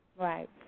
Right